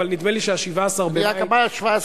אבל נדמה ש-17 במאי 1977,